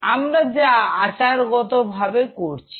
আমরা যা আচারগত ভাবে করছি